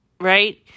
right